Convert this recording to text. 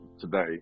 today